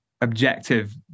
objective